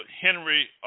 Henry